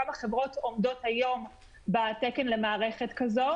כמה חברות עומדות היום בתקן למערכת כזאת?